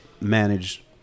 manage